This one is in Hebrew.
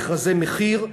מכרזי מחיר,